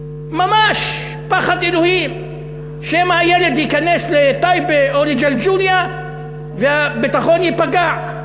ממש פחד אלוהים שמא הילד ייכנס לטייבה או לג'לג'וליה והביטחון ייפגע.